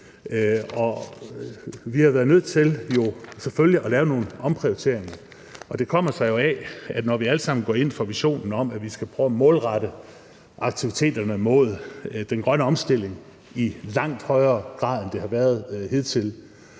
Vi har været nødt til selvfølgelig at lave nogle omprioriteringer, og det kommer sig af, at når vi alle sammen går ind for visionen om, at vi skal prøve at målrette aktiviteterne mod den grønne omstilling i langt højere grad, end de har været hidtil,